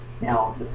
Now